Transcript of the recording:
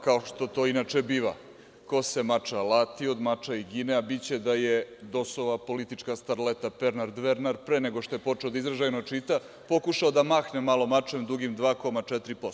Kao što to inače biva, ko se mača lati, od mača i gine, a biće da je dosova politička starleta Pernar Dvernar pre nego što je počeo da izražajno čita pokušao da mahne malo mačem dugim 2,4%